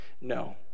No